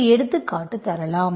ஒரு எடுத்துக்காட்டு தரலாம்